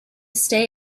stay